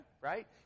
right